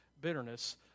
bitterness